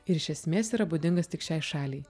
ir iš esmės yra būdingas tik šiai šaliai